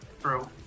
true